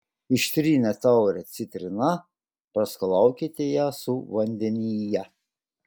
ištrynę taurę citrina praskalaukite ją su vandenyje